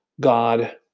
God